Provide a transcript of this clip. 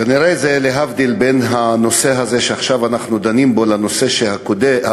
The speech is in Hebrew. כנראה זה להבדיל בין הנושא הזה שעכשיו אנחנו דנים בו לנושא הקודם,